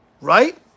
Right